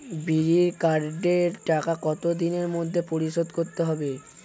বিড়ির কার্ডের টাকা কত দিনের মধ্যে পরিশোধ করতে হবে?